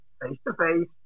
face-to-face